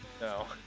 No